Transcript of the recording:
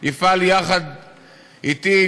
יפעל יחד אתי,